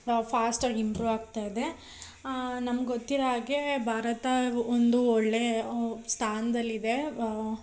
ಫಾಸ್ಟಾಗಿ ಇಂಪ್ರೂವ್ ಆಗ್ತಾ ಇದೆ ನಮ್ಮ ಗೊತ್ತಿರೋ ಹಾಗೆ ಭಾರತ ಒಂದು ಒಳ್ಳೆಯ ಸ್ಥಾನದಲ್ಲಿದೆ